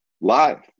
live